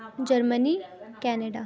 Germany Canada